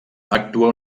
actua